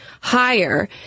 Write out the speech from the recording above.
higher